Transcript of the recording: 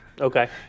Okay